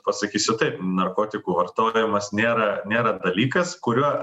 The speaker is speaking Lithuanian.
pasakysiu taip narkotikų vartojimas nėra nėra dalykas kuriuo